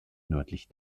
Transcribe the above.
nördlich